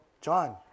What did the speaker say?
John